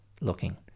looking